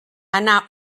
anar